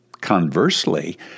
Conversely